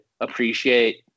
appreciate